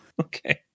okay